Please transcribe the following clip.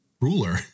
ruler